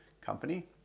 company